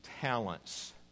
talents